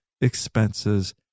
expenses